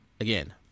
Again